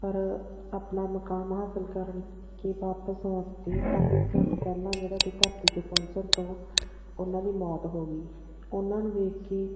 sir ਆਪਣਾ ਮੁਕਾਮ ਹਾਸਲ ਕਰਨ ਕਿ ਵਾਪਸ ਆਉਣ ਦੀ ਸੱਤ ਸੈਕਿੰਡ ਪਹਿਲਾਂ ਜਿਹੜਾ ਕਿ ਧਰਤੀ 'ਤੇ ਪਹੁੰਚਣ ਤੋਂ ਉਹਨਾਂ ਦੀ ਮੌਤ ਹੋ ਗਈ ਉਹਨਾਂ ਨੂੰ ਵੇਖ ਕੇ